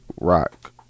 rock